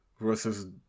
versus